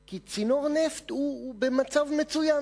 כי צינור נפט הוא במצב מצוין,